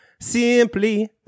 Simply